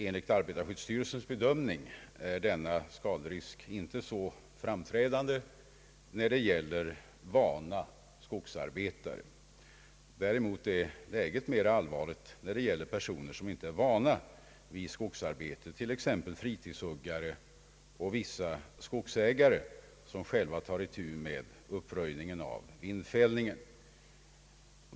Enligt arbetarskyddsstyrelsens bedömning är skaderisken inte så framträdande i fråga om vana skogarbetare, men läget är mera allvarligt när det gäller personer som inte har vana vid skogsarbete, t.ex. fritidshuggare och vissa skogsägare som själva tar itu med uppröjning efter vindfällningen.